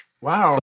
Wow